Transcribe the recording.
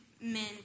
Men